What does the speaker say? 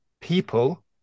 people